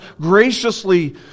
graciously